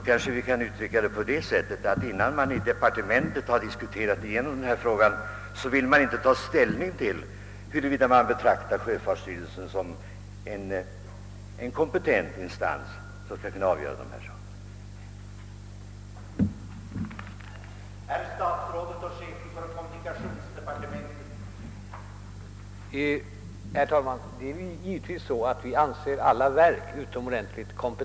Vi kanske då kan uttrycka saken på det sättet att man inom departementet inte vill ta ställning till frågan förrän man diskuterat, huruvida man betraktar sjöfartsstyrelsen som en kompetent instans som skall kunna avgöra dessa angelägenheter.